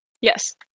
Yes